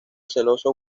celoso